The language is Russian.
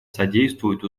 содействуют